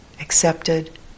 accepted